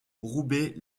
roubaix